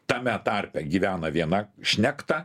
tame tarpe gyvena viena šnekta